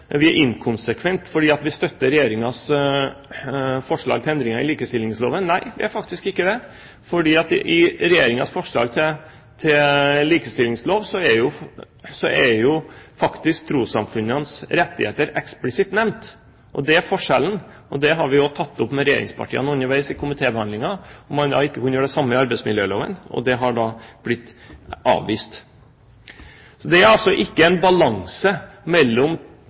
vi har sett nettopp det. Så til statsrådens kommentar om at vi er inkonsekvente fordi vi støtter Regjeringens forslag til endringer i likestillingsloven. Nei, vi er faktisk ikke det. I Regjeringens forslag til likestillingslov er trossamfunnenes rettigheter eksplisitt nevnt. Det er forskjellen. Vi har også tatt opp med regjeringspartiene underveis i komitébehandlingen om man ikke kunne gjøre det samme i arbeidsmiljøloven. Det har da blitt avvist. Det er altså ikke en balanse mellom